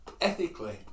ethically